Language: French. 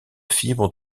fibres